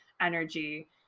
energy